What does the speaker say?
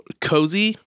cozy